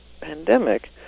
pandemic